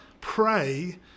pray